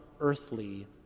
earthly